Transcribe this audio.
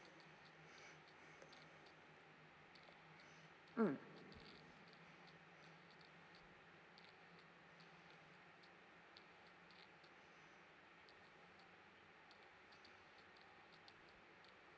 mm